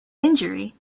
injury